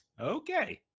okay